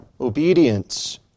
obedience